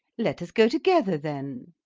let us go together then.